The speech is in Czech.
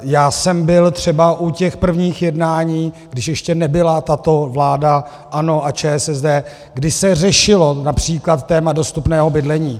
Já jsem byl třeba u těch prvních jednání, když ještě nebyla tato vláda ANO a ČSSD, kdy se řešilo například téma dostupného bydlení.